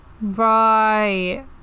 Right